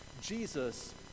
jesus